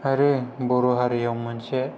आरो बर' हारियाव मोनसे